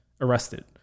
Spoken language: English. arrested